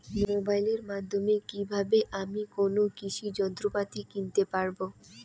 মোবাইলের মাধ্যমে কীভাবে আমি কোনো কৃষি যন্ত্রপাতি কিনতে পারবো?